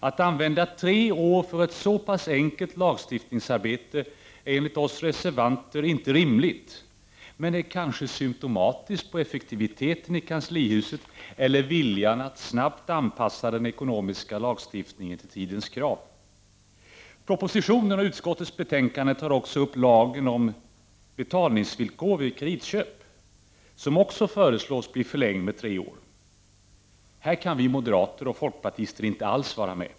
Att använda tre år för ett så pass enkelt lagstiftningsarbete är enligt oss reservanter inte rimligt, men det är kanske symtomatiskt för effektiviteten i kanslihuset eller viljan att snabbt anpassa den ekonomiska lagstiftningen till tidens krav. I propositionen och utskottets betänkande tas även lagen med bemyndigande att meddela föreskrifter om betalningsvillkor vid kreditköp upp. Den föreslås också bli förlängd med tre år. Detta kan moderaterna och folkpartisterna inte ställa sig bakom.